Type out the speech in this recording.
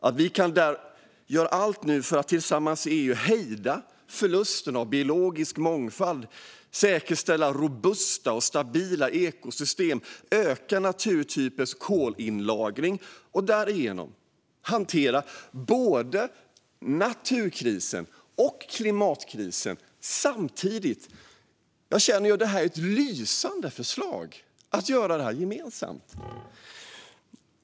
EU kan göra allt för att tillsammans hejda förlusten av biologisk mångfald, för att säkerställa robusta och stabila ekosystem och för att öka olika naturtypers kolinlagring och därigenom hantera både naturkrisen och klimatkrisen samtidigt. Det är ju ett lysande förslag, att göra det här gemensamt.